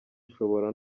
ushobora